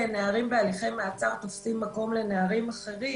שנערים בהליכי מעצר תופסים מקום לנערים אחרים